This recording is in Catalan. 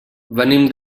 venim